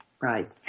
right